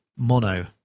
Mono